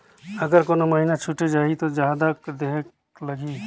अगर कोनो महीना छुटे जाही तो जादा देहेक लगही?